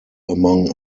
among